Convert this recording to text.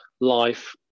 life